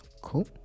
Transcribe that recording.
cool